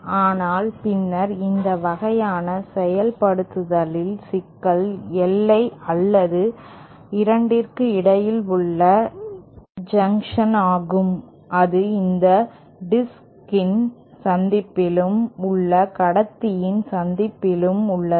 ஆனால் பின்னர் இந்த வகையான செயல்படுத்தலில் சிக்கல் எல்லை அல்லது 2 க்கு இடையில் உள்ள ஜங்க்ஷன் ஆகும் அது இந்த டிஸ்க் இன் சந்திப்பிலும் உள் கடத்தியின் சந்திப்பிலும் உள்ளது